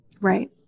Right